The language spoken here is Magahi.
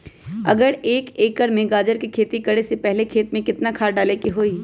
अगर एक एकर में गाजर के खेती करे से पहले खेत में केतना खाद्य डाले के होई?